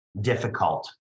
difficult